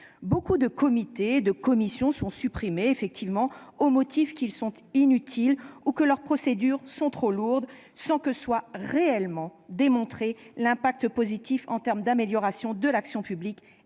Beaucoup de comités ou de commissions sont supprimés, au motif qu'ils seraient inutiles ou que leurs procédures seraient trop lourdes, sans que soit réellement démontré l'impact positif de ces suppressions en termes d'amélioration de l'action publique